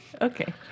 Okay